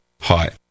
Hi